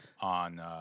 on